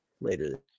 later